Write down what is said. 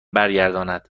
برگرداند